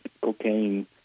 cocaine